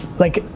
like,